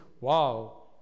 wow